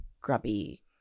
grubby